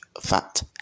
fat